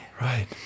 right